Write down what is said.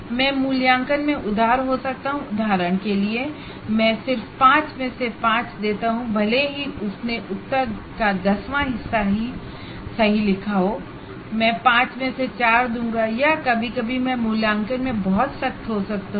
मैं मूल्यांकन में उदार हो सकता हूं उदाहरण के लिए मैं सिर्फ 5 में से 5 देता हूं भले ही उसने उत्तर का दसवां हिस्सा सही लिखा हो या मैं 5 में से 4 दूंगा या कभी कभी मैं मूल्यांकन में बहुत सख्त हो सकता हूं